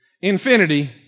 Infinity